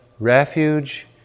Refuge